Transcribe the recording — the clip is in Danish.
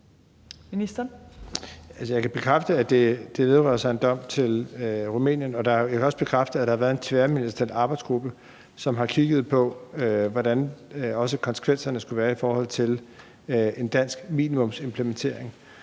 Jeg kan bekræfte, at det vedrører en dom i Rumænien. Jeg kan også bekræfte, at der har været en tværministeriel arbejdsgruppe, som også har kigget på, hvordan konsekvenserne skulle være i forhold til en dansk minimumsimplementering.